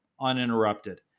uninterrupted